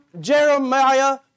Jeremiah